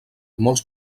molts